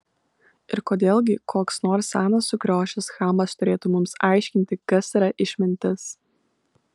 ir kodėl gi koks nors senas sukriošęs chamas turėtų mums aiškinti kas yra išmintis